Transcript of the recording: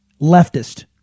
leftist